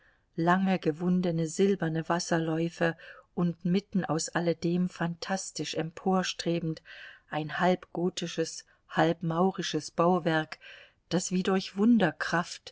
lange gewundene silberne wasserläufe und mitten aus alledem phantastisch emporstrebend ein halb gotisches halb maurisches bauwerk das wie durch